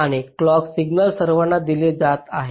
आणि clock signal सर्वांना दिले जात आहे